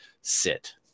sit